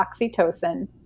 oxytocin